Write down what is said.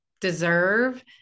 deserve